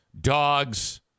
dogs